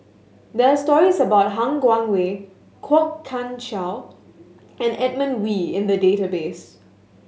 there are stories about Han Guangwei Kwok Kian Chow and Edmund Wee in the database